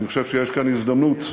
אני חושב שיש כאן הזדמנות להבהיר,